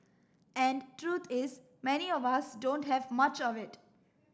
and truth is many of us don't have much of it